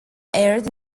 aired